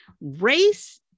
Race